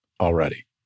already